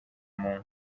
muntu